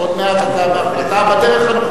אתה בדרך הנכונה.